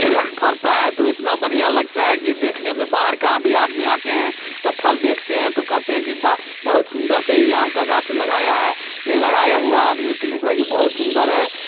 फरता है तो इतना बढ़िया लगता है कि देखने में बाहर का भी आदमी आते हैं तब फल देखते हैं तो कहते हैं कि वाह बहुत सुंदर से ही आम का गाछ लगाया है ये लगाया हुआ आदमी जी बहुत सुंदर है